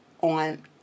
on